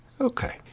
Okay